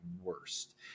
worst